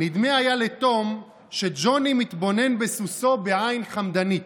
נדמה היה לתום שג'וני מתבונן בסוסו בעין חמדנית.